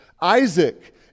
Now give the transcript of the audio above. Isaac